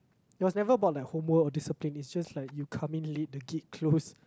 it was never about like homework or discipline it's just like you come in late the gate close